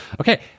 Okay